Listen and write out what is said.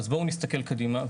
אז בואו נסתכל קדימה,